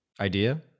Idea